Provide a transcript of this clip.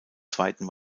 zweiten